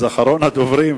אז אחרון הדוברים,